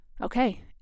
okay